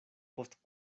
post